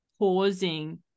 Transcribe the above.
Pausing